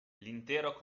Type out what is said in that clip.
l’intero